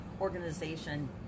organization